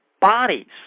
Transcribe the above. bodies